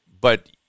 But-